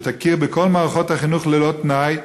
שתכיר בכל מערכות החינוך ללא תנאי,